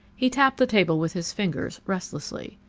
he tapped the table with his fingers, restlessly.